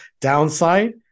downside